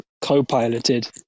co-piloted